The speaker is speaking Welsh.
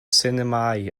sinemâu